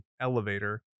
elevator